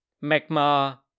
magma